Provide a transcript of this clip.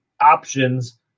options